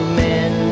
men